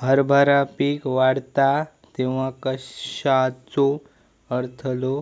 हरभरा पीक वाढता तेव्हा कश्याचो अडथलो